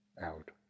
out